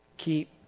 Keep